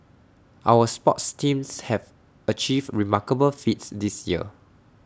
our sports teams have achieved remarkable feats this year